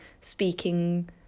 speaking